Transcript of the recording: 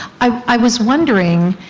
i was wondering,